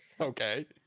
Okay